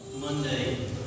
Monday